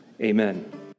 amen